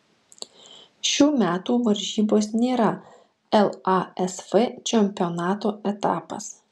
šių metų varžybos nėra lasf čempionato etapas